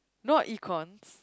not econs